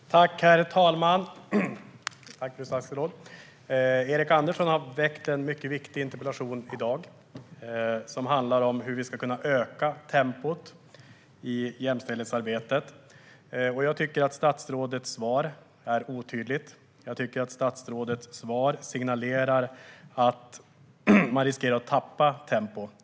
Herr talman! Tack, fru statsråd! Erik Andersson har väckt en mycket viktig interpellation, som handlar om hur vi ska kunna öka tempot i jämställdhetsarbetet. Jag tycker att statsrådets svar är otydligt. Jag tycker att statsrådets svar signalerar att man riskerar att tappa tempo.